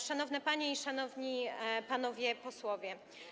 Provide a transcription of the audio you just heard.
Szanowne Panie i Szanowni Panowie Posłowie!